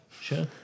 Sure